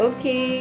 Okay